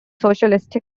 socialist